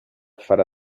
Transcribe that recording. farà